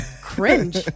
cringe